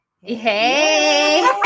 Hey